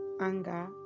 anger